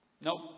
Nope